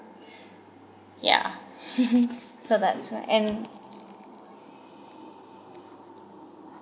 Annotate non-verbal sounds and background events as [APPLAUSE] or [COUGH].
yeah [LAUGHS] so that’s why and